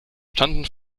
standen